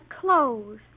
clothes